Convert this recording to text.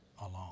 alone